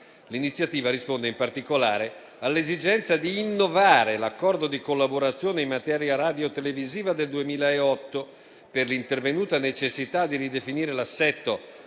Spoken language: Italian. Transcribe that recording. L'iniziativa risponde, in particolare, all'esigenza di innovare l'Accordo di collaborazione in materia radiotelevisiva del 2008 per l'intervenuta necessità di ridefinire l'assetto